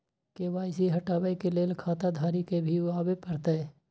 KYC हटाबै के लैल खाता धारी के भी आबे परतै?